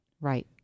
Right